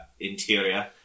interior